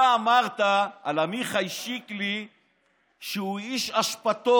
אתה אמרת על עמיחי שיקלי שהוא איש אשפתות.